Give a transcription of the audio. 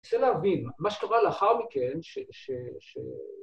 ‫אני מנסה להבין מה שקרה לאחר מכן, ‫ש...